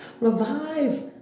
revive